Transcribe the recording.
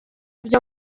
byo